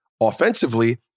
offensively